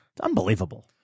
unbelievable